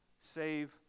save